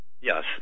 Yes